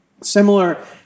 Similar